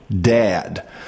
Dad